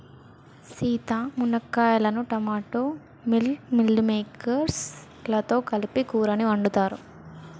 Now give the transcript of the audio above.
సీత మునక్కాయలను టమోటా మిల్ మిల్లిమేకేర్స్ లతో కలిపి కూరని వండుతారు